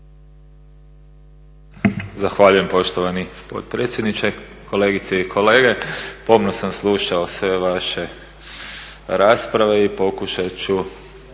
Zahvaljujem poštovani potpredsjedniče. Kolegice i kolege. Pomno sam slušao sve vaše rasprave i pokušat ću